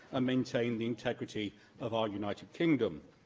maintain the integrity of our united kingdom.